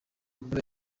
gukora